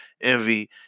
Envy